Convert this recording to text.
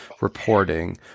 reporting